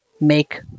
make